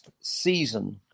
season